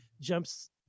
jumps